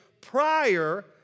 prior